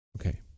Okay